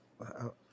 Wow